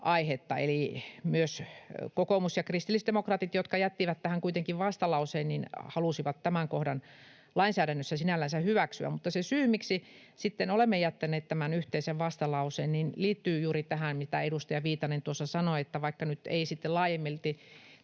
aihetta. Eli myös kokoomus ja kristillisdemokraatit, jotka jättivät tähän kuitenkin vastalauseen, halusivat tämän kohdan lainsäädännössä sinällänsä hyväksyä. Se syy, miksi sitten olemme jättäneet tämän yhteisen vastalauseen, liittyy juuri tähän, mitä edustaja Viitanen tuossa sanoi, että nyt ei sitten laajemmalti